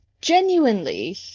genuinely